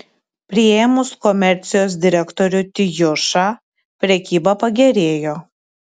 priėmus komercijos direktorių tijušą prekyba pagerėjo